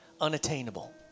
unattainable